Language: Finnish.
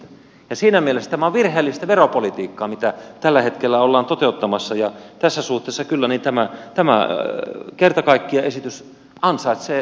siinä mielessä tämä on virheellistä veropolitiikkaa mitä tällä hetkellä ollaan toteuttamassa ja tässä suhteessa kyllä tämä esitys kerta kaikkiaan ansaitsee täydellisen hylkäyksen